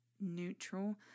neutral